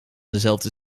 dezelfde